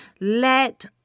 Let